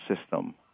system